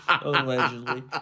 allegedly